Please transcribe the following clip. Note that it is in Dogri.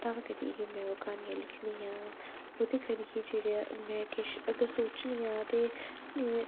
तां करियै गै अ'ऊं क्हानियां लिखनी आं उदे करियै जेह्ड़े किश सोचनी आं ते